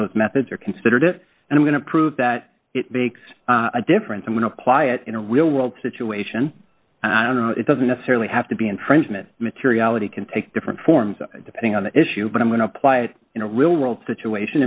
those methods or considered it and i'm going to prove that it makes a difference i'm going to apply it in a real world situation and i don't know it doesn't necessarily have to be infringement materiality can take different forms depending on the issue but i'm going to apply it in a real world situation